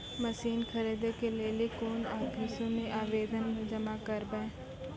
Machine खरीदै के लेली कोन आफिसों मे आवेदन जमा करवै?